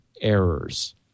errors